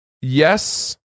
Yes